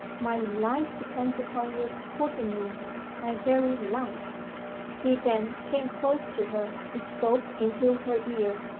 my life depends upon your supporting me my very life he then came close to her, and spoke into her ear.